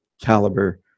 Caliber